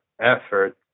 effort